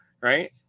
right